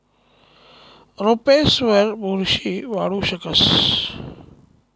रोपेसवर बुरशी वाढू शकस